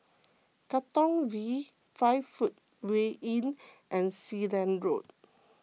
Katong V five Footway Inn and Sealand Road